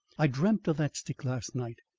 i dreamt of that stick last night.